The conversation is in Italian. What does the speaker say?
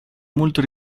molto